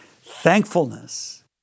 Thankfulness